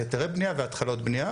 היתרי בנייה והתחלות בנייה,